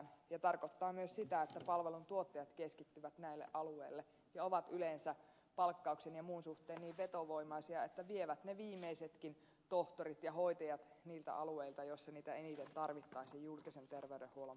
se tarkoittaa myös sitä että palveluntuottajat keskittyvät näille alueille ja ne ovat yleensä palkkauksen ja muun suhteen niin vetovoimaisia että ne vievät ne viimeisetkin tohtorit ja hoitajat niiltä alueilta joissa niitä eniten tarvittaisiin julkisen terveydenhuollon palveluksessa